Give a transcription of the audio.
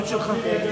הצעת חוק דיווח